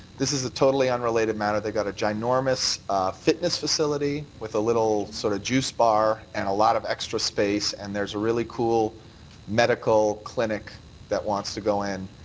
this is a totally unrelated matter. they got a gynormous fitness facility with a little sort of juice bar and a lot of extra space and there's a really cool medical clinic that wants to go in.